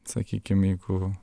sakykim jeigu